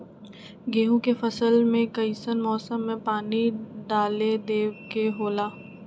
गेहूं के फसल में कइसन मौसम में पानी डालें देबे के होला?